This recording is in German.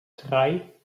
drei